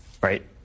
right